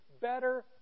better